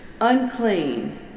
unclean